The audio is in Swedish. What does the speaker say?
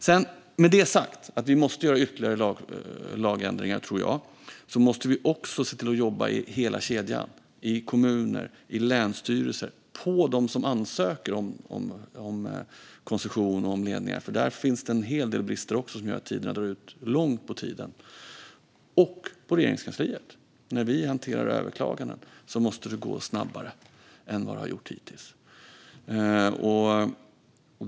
Med det sagt, att jag tror att vi måste göra ytterligare lagändringar, vill jag också säga att vi måste se till att jobba i hela kedjan - i kommuner, i länsstyrelser och med dem som ansöker om koncession och om ledningar - för där finns det en hel del brister som gör att tiderna dras ut. Det gör det också på Regeringskansliet när vi hanterar överklaganden. Det måste gå snabbare än vad det har gjort hittills.